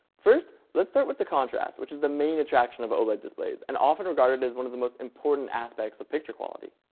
first let's start with the contrast, which is the main attraction of oled displays, and often regarded as one of the most important aspects of picture quality.